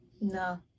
no